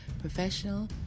professional